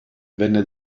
venne